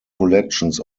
collections